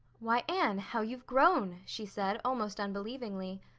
why, anne, how you've grown! she said, almost unbelievingly.